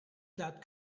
that